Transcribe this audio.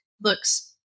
looks